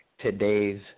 today's